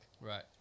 Right